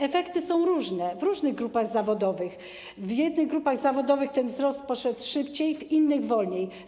Efekty są różne w różnych grupach zawodowych: w jednych grupach zawodowych ten wzrost był szybszy, w innych wolniejszy.